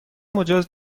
مجاز